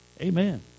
Amen